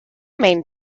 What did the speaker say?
main